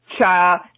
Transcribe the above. child